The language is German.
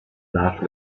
nach